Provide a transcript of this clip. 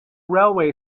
railway